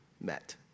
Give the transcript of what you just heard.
met